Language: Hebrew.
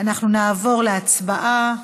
אנחנו נעבור להצבעה.